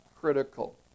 critical